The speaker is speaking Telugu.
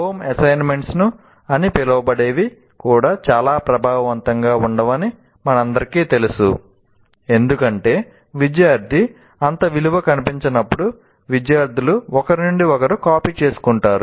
హోమ్ అసైన్మెంట్స్ అని పిలవబడేవి కూడా చాలా ప్రభావవంతంగా ఉండవని మనందరికీ తెలుసు ఎందుకంటే విద్యార్థికి అంత విలువ కనిపించనప్పుడు విద్యార్థులు ఒకరి నుండి ఒకరు కాపీ చేసుకుంటారు